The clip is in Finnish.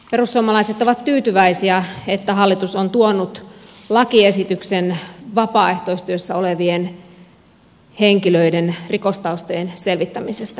perussuomalaiset ovat tyytyväisiä että hallitus on tuonut lakiesityksen vapaaehtoistyössä olevien henkilöiden rikostaustojen selvittämisestä